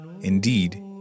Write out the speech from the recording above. Indeed